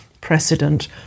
precedent